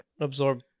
Absorb